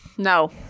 No